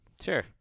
Sure